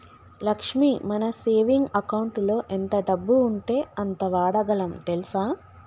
లక్ష్మి మన సేవింగ్ అకౌంటులో ఎంత డబ్బు ఉంటే అంత వాడగలం తెల్సా